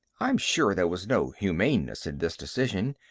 i'm sure there was no humaneness in this decision.